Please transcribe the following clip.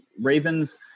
Ravens